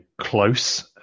close